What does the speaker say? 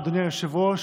אדוני היושב-ראש.